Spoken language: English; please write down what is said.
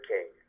King